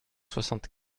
soixante